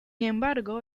embargo